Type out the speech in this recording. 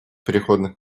переходных